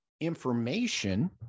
information